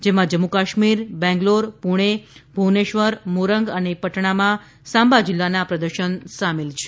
જેમાં જમ્મુ કાશ્મીર બેંગ્લોર પુણે ભુવનેશ્વર મોરંગ અને પટનામાં સામ્બા જિલ્લાના પ્રદર્શન સામેલ છે